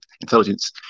intelligence